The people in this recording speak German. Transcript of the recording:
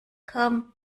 komm